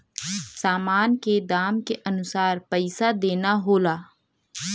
सामान के दाम के अनुसार पइसा देना होला